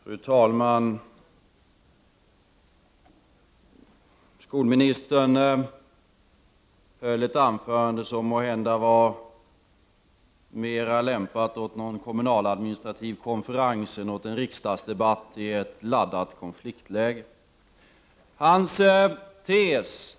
Fru talman! Skolministern höll ett anförande som måhända var mera lämpat för en kommunaladministrativ konferens än för en riksdagsdebatt i ett laddat konfliktläge.